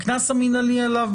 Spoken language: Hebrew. הקנס המנהלי עליו,